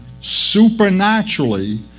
supernaturally